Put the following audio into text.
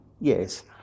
Yes